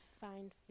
find